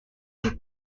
die